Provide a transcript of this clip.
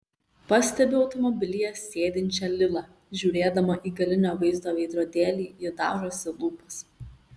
pastebiu automobilyje sėdinčią lilą žiūrėdama į galinio vaizdo veidrodėlį ji dažosi lūpas